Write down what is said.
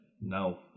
No